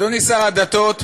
אדוני שר הדתות,